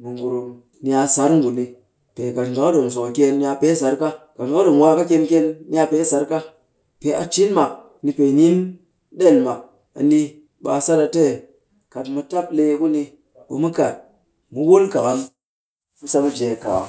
mu ngurum ni a sar nguni. Pee kat nga kɨ ɗom sokɨkyeen, ni a pee sar ka. Kat nga kɨ ɗom waa ka kyen kyen, ni a pee sar ka. Pee a cin mak, ni pee nin ɗel mak. A ni ɓe a sat ate kat mu tap lee ku ni, ɓe mu kat mu wul kakam. Mu sa mu jee kakam.